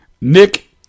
Nick